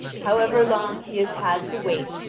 however long he has had to wait,